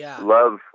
love